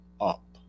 up